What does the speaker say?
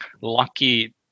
lucky